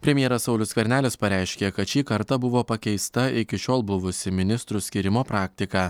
premjeras saulius skvernelis pareiškė kad šį kartą buvo pakeista iki šiol buvusi ministrų skyrimo praktika